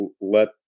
let